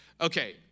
okay